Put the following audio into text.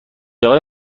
اقای